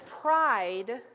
pride